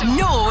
no